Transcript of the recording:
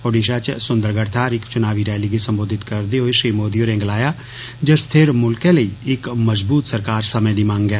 ओडीषा च सुन्दरगढ़ थाहर इक्क चुनावी रैली गी संबोधित करदे होई श्री मोदी होरें गलाया जे स्थिर मुल्खै लेई इक्क मजबूत सरकार समें दी मंग ऐ